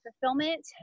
fulfillment